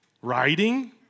writing